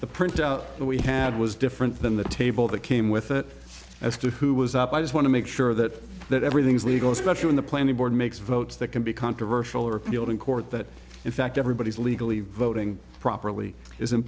the printout that we had was different than the table that came with it as to who was up i just want to make sure that that everything's legal especially when the planning board makes votes that can be controversial or appealed in court that in fact everybody's legally voting properly isn't